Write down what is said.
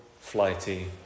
flighty